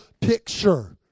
picture